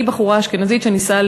היא בחורה אשכנזית שנישאה